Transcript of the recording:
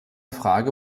frage